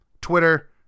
Twitter